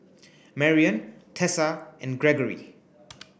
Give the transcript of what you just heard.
Marrion Tessa and Gregory